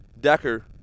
Decker